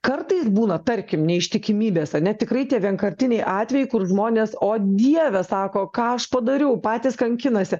kartais būna tarkim neištikimybės ane tikrai tie vienkartiniai atvejai kur žmonės o dieve sako ką aš padariau patys kankinasi